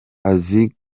azi